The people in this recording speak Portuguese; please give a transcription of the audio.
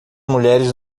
mulheres